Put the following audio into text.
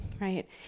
right